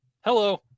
Hello